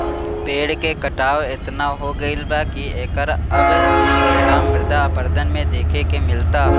पेड़ के कटाव एतना हो गईल बा की एकर अब दुष्परिणाम मृदा अपरदन में देखे के मिलता